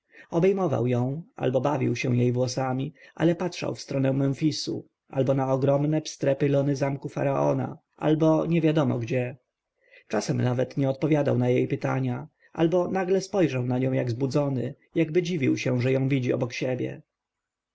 obejmował ją albo bawił się jej włosami ale patrzył w stronę memfisu na ogromne pylony zamku faraona albo niewiadomo gdzie czasem nawet nie odpowiadał na jej pytania albo nagle spojrzał na nią jak przebudzony jakby dziwił się że ją widzi obok siebie